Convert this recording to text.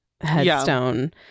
headstone